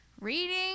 reading